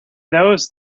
those